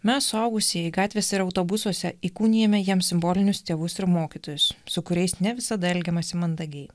mes suaugusieji gatvėse ir autobusuose įkūnijame jiem simbolinius tėvus ir mokytojus su kuriais ne visada elgiamasi mandagiai